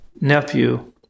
nephew